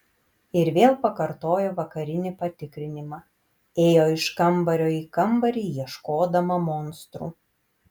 ir vėl pakartojo vakarinį patikrinimą ėjo iš kambario į kambarį ieškodama monstrų